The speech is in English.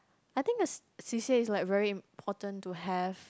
I think a C_C_A is very important to have